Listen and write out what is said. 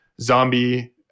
zombie